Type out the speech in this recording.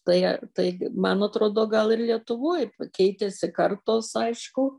tai a tai man atrodo gal ir lietuvoj keitėsi kartos aišku